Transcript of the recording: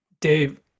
Dave